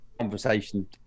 conversation